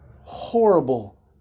horrible